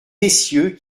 messieurs